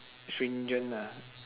stringent ah